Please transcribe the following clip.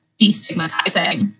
destigmatizing